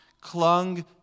clung